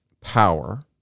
power